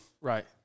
Right